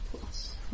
plus